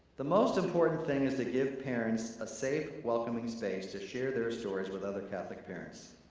the most important thing is to give parents a safe, welcoming space to share their stories with other catholic parents.